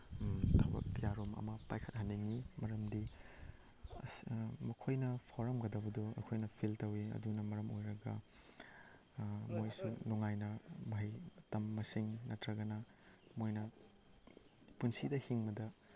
ꯊꯕꯛ ꯀꯌꯥꯔꯣꯝ ꯑꯃ ꯄꯥꯏꯈꯠꯍꯟꯅꯤꯡꯉꯤ ꯃꯔꯝꯗꯤ ꯑꯁ ꯃꯈꯣꯏꯅ ꯐꯥꯎꯔꯝꯒꯗꯕꯗꯣ ꯑꯩꯈꯣꯏꯅ ꯐꯤꯜ ꯇꯧꯋꯤ ꯑꯗꯨꯅ ꯃꯔꯝ ꯑꯣꯏꯔꯒ ꯃꯣꯏꯁꯨ ꯅꯨꯡꯉꯥꯏꯅ ꯃꯍꯩ ꯇꯝꯕꯁꯤꯡ ꯅꯠꯇ꯭ꯔꯒꯅ ꯃꯣꯏꯅ ꯄꯨꯟꯁꯤꯗ ꯍꯤꯡꯕꯗ